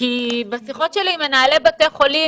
כי בשיחות שלי עם מנהלי בתי חולים,